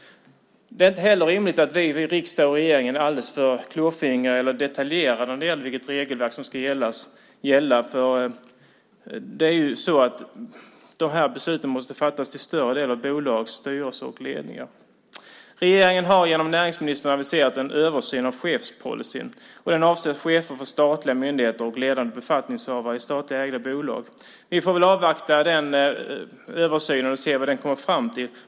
Det är inte rimligt att vi i riksdag och regering är alltför klåfingriga eller detaljerade när det gäller vilket regelverk som ska gälla. De besluten måste till större del fattas av bolagsstyrelser och ledningar. Regeringen har genom näringsministern aviserat en översyn av chefspolicyn. Den avser chefer för statliga myndigheter och ledande befattningshavare i statligt ägda bolag. Vi får väl avvakta den översynen och se vad den kommer fram till.